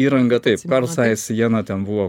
įranga taip persais jena ten buvo